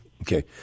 Okay